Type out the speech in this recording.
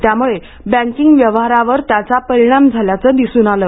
त्यामुळे बँकिंग व्यवहारावर त्याचा परिणाम झाल्याचं दिसून आलं